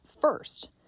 first